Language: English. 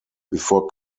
before